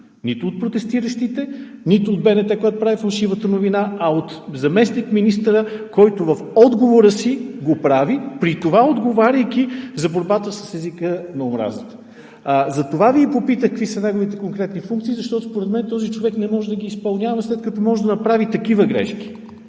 нито от протестиращите, нито от БНТ, която прави фалшивата новина, а от заместник-министъра, който го прави в отговора си, при това, отговаряйки за борбата с езика на омразата. Затова Ви попитах какви са неговите конкретни функции, защото според мен този човек не може да ги изпълнява, след като може да направи такива грешки.